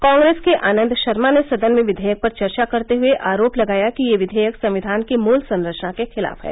कांग्रेस के आनंद शर्मा ने सदन में विवेयक पर चर्चा शुरू करते हुए आरोप लगाया कि यह विवेयक संविधान की मूल संरचना के खिलाफ है